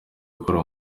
gukora